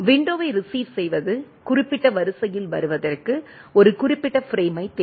விண்டோவை ரீஸிவ் செய்வது குறிப்பிட்ட வரிசையில் வருவதற்கு ஒரு குறிப்பிட்ட பிரேமைத் தேடும்